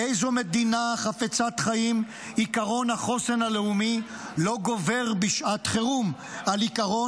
באיזו מדינה חפצת חיים עקרון החוסן הלאומי לא גובר בשעת חירום על עקרון